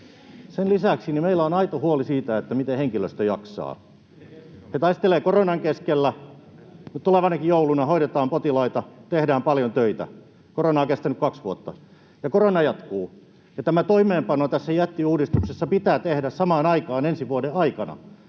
sen lisäksi meillä on aito huoli siitä, miten henkilöstö jaksaa. He taistelevat koronan keskellä: tulevanakin jouluna hoidetaan potilaita, tehdään paljon töitä. Korona on kestänyt kaksi vuotta ja korona jatkuu, ja tämä toimeenpano tässä jättiuudistuksessa pitää tehdä samaan aikaan ensi vuoden aikana.